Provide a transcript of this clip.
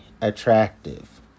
attractive